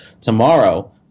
tomorrow